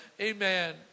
Amen